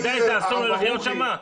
אתה יודע איזה אסון הולך להיות שם?